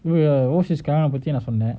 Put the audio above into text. பத்திநான்சொன்னேன்:pathi naan sonnen